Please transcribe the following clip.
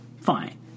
Fine